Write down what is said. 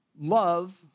love